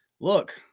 look –